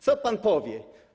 Co pan powie?